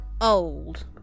old